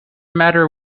matter